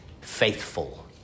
faithful